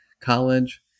college